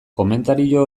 komentario